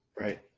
Right